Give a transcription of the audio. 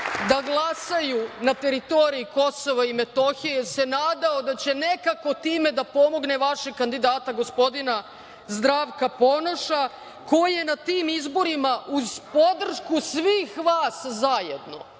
da glasaju na teritoriji Kosova i Metohije jer se nadao da će neko time da pomogne vašeg kandidata gospodina Zdravka Ponoša, koji je na tim izborima uz podršku svih vas zajedno,